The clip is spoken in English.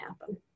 happen